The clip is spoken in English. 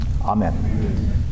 Amen